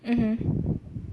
mmhmm